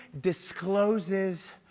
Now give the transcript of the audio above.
discloses